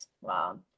wow